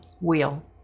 wheel